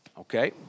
Okay